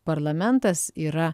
parlamentas yra